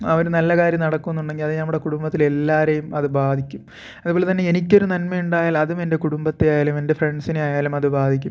ആ ഒരു നല്ല കാര്യം നടക്കും എന്നുണ്ടെങ്കിൽ അത് നമ്മുടെ കുടുംബത്തിലെ എല്ലാവരെയും അത് ബാധിക്കും അതുപോലെ തന്നെ എനിക്ക് ഒരു നന്മയുണ്ടായാൽ അതും എൻ്റെ കുടുംബത്തെ ആയാലും എൻ്റെ ഫ്രണ്ട്സിനെ ആയാലും അത് ബാധിക്കും